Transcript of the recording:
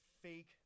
fake